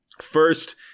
first